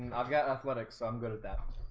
and i've got enough let ik so i'm good at that